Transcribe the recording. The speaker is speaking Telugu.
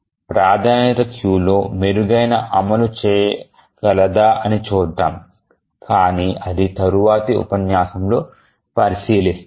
ప్రాధాన్యత క్యూలో మెరుగైన అమలు చేయగలదా అని చూద్దాం కాని అది తరువాతి ఉపన్యాసంలో పరిశీలిస్తాము